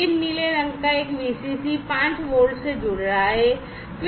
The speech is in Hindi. यह नीले रंग का एक VCC 5 वोल्ट से जुड़ रहा है